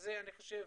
אני חושב